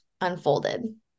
unfolded